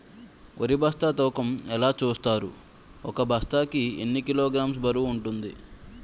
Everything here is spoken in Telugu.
వరి బస్తా తూకం ఎలా చూస్తారు? ఒక బస్తా కి ఎన్ని కిలోగ్రామ్స్ బరువు వుంటుంది?